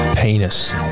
Penis